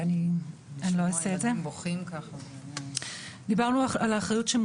אני רוצה לדבר היום על בעיה נוספת שקיימת בתוך הספקטרום הרחב והכואב